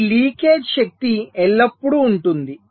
ఈ లీకేజ్ శక్తి ఎల్లప్పుడూ ఉంటుంది